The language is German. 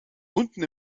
unten